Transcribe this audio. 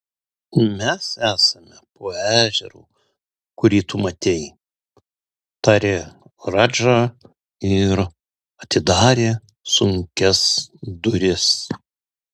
mes esame po ežeru kurį tu matei tarė radža ir atidarė sunkias duris